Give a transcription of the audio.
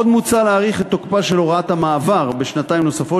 עוד מוצע להאריך את תוקפה של הוראת המעבר בשנתיים נוספות,